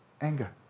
anger